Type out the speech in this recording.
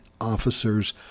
officers